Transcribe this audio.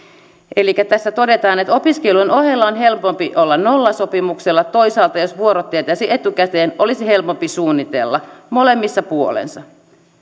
elikkä tässä todetaan opiskelujen ohella on helpompi olla nollasopimuksella toisaalta jos vuorot tietäisi etukäteen olisi helpompi suunnitella molemmissa puolensa